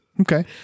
Okay